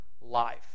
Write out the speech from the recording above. life